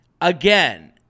again